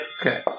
Okay